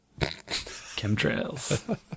Chemtrails